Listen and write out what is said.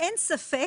אין ספק